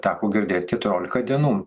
teko girdėt keturiolika dienų